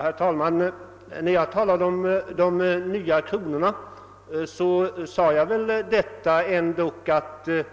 Herr talman! När jag talade om de nya kronorna sade jag att det